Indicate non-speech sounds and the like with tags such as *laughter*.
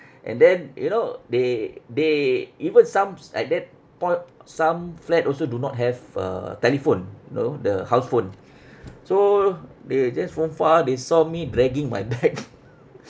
and then you know they they even somes at that point some flat also do not have a telephone you know the house phone so they just from far they saw me dragging my bag *laughs*